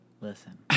Listen